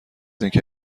اینکه